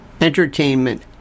entertainment